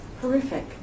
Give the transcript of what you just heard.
Horrific